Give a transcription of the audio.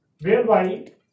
Whereby